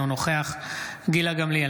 אינו נוכח גילה גמליאל,